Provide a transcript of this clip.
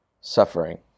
suffering